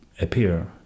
appear